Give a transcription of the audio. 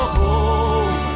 home